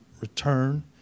return